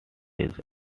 his